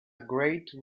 great